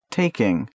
Taking